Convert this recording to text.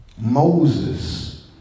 Moses